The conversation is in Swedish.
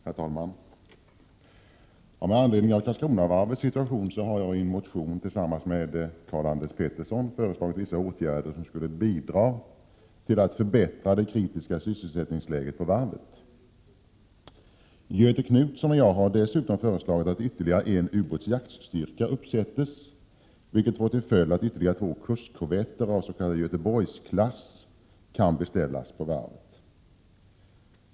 Herr talman! Med anledning ay Karlskronavarvets situation har jag i en motion tillsammans med Karl-Anders Petersson föreslagit vissa åtgärder som skulle bidra till att förbättra det kritiska sysselsättningsläget på varvet. Göthe Knutson och jag har dessutom föreslagit att ytterligare en ubåtsjaktstyrka skall uppsättas, vilket får till följd att ytterligare två kustkorvetter av s.k. Göteborgsklass kan beställas på varvet.